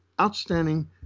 outstanding